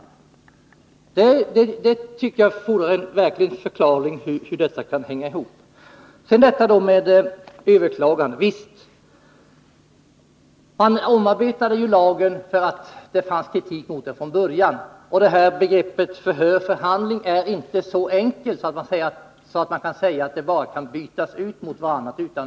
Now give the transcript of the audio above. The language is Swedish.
Det tycker jag fordrar en förklaring. Sedan detta med överklagande. Lagen omarbetades för att det fanns kritik mot den från början. Begreppen förhör och förhandling är inte så likvärdiga att man kan säga att orden utan vidare kan bytas ut mot varandra.